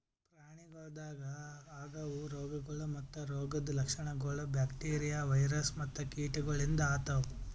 ಪ್ರಾಣಿಗೊಳ್ದಾಗ್ ಆಗವು ರೋಗಗೊಳ್ ಮತ್ತ ರೋಗದ್ ಲಕ್ಷಣಗೊಳ್ ಬ್ಯಾಕ್ಟೀರಿಯಾ, ವೈರಸ್ ಮತ್ತ ಕೀಟಗೊಳಿಂದ್ ಆತವ್